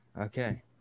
Okay